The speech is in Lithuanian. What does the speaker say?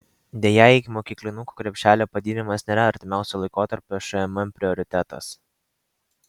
deja ikimokyklinukų krepšelio padidinimas nėra artimiausio laikotarpio šmm prioritetas